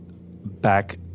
back